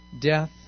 death